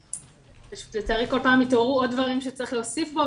כל פעם התעוררו עוד דברים שצריך להוסיף בו,